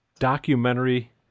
Documentary